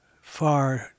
far